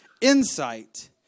insight